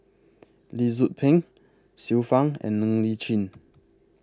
Lee Tzu Pheng Xiu Fang and Ng Li Chin